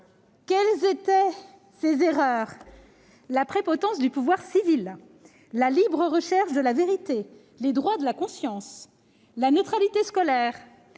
Quelles étaient ces « erreurs »? La prépotence du pouvoir civil, la libre recherche de la vérité, les droits de la conscience, la neutralité scolaire,